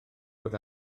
bod